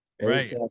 right